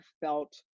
felt